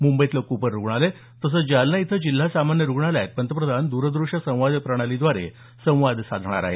मुंबईतलं कूपर रुग्णालय तसंच जालना इथं जिल्हा सामान्य रुग्णालयात पंतप्रधान द्रदृष्य संवाद प्रणालीद्वारे संवाद साधणार आहेत